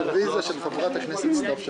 רוויזיה של חברת הכנסת סתיו שפיר.